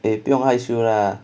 eh 不用害羞 lah